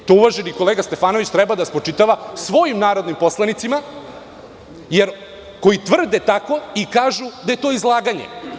To uvaženi kolega Stefanović treba da spočitava svojim narodnim poslanicima koji tvrde tako i kažu da je to izlaganje.